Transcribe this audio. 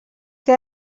que